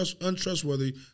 untrustworthy